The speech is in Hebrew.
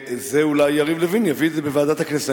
ואולי יריב לוין יביא את זה לוועדת הכנסת.